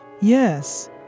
Yes